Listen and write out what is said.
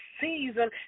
season